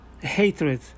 hatred